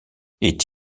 est